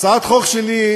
הצעת החוק שלי,